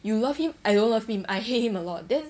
you love him I don't love him I hate him a lot then